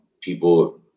people